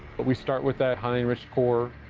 but we start with that highly enriched core,